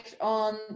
on